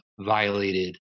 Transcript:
violated